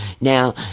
Now